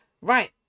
Right